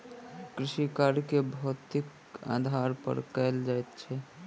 कृषिकार्य के भौतिकीक आधार पर कयल जाइत छै